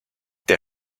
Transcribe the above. der